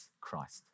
Christ